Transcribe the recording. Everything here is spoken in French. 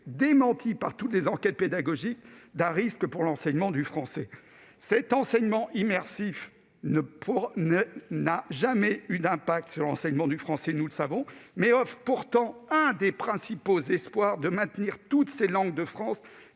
démenti par toutes les enquêtes pédagogiques, celui d'un risque pour l'enseignement du français. Cet enseignement immersif n'a jamais eu d'impact sur l'enseignement du français, nous le savons, mais offre pourtant l'un des principaux espoirs de maintenir toutes ces langues de France